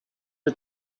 are